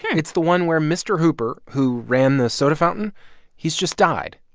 yeah it's the one where mr. hooper, who ran the soda fountain he's just died.